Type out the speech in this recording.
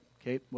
okay